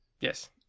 Yes